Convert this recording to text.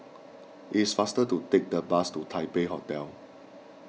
it is faster to take the bus to Taipei Hotel